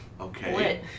Okay